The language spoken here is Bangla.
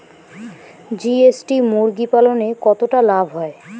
জি.এস.টি মুরগি পালনে কতটা লাভ হয়?